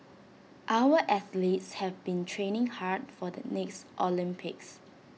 our athletes have been training hard for the next Olympics